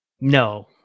No